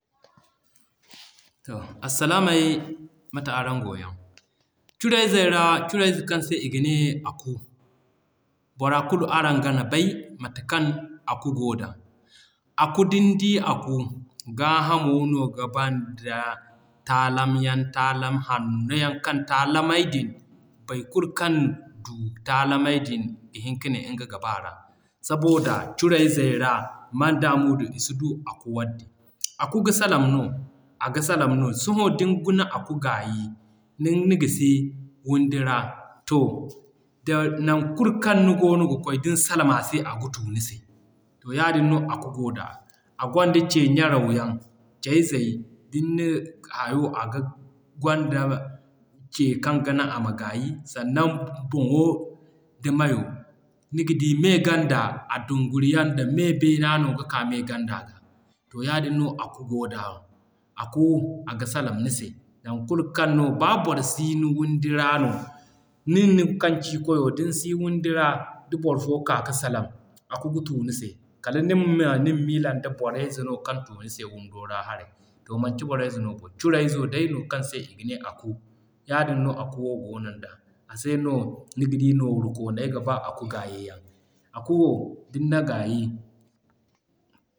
To arsilaamay mate araŋ goo yaŋ. Curey zey ra, curey zo kaŋ se i ga ne Aku, bora kulu araŋ gan bay mate kaŋ Aku goo da. Aku din di Aku, gaa hamo no ga bara da taalam yaŋ taalam hanno yaŋ kaŋ taalamey din bay kulu kaŋ du taalamey din ga hin ka ne nga ga b'a ra. Saboda curey zey ra manda muudu i si du Aku wadde. Aku ga salaŋ no, aga salaŋ no, sohõ din Aku gaayi, din na gisi windi ra, to da non kulu kaŋ ni goono ga kwaay din salaŋ a se aga tuu nise. To yaadin no Aku goo da, a gwanda ce ɲaraw yaŋ, cey zey din na hayo aga gwanda ce kaŋ ga naŋ ama gaayi, sannan boŋo da mayo, niga di me ganda a dunguriyan da me beena no ga ka me ganda ga. To yaadin no Aku goo da. Aku, aga salaŋ ni se non kulu kaŋ no baa boro si ni windi ra no, ni nin kaŋ ci kwayo din si windi ra, da boro fo ka ka salam, Aku da tuu nise kal nima ma nima miila kaŋ da borey ze no kaŋ tuu nise windo ra haray. To manci borey ze no to curey zo day no kaŋ se i ga ne Aku. Yaadin no Aku wo goonon da. A se no niga di noorukooney ga ba Aku gaayi yaŋ. Aku wo din na gaayi.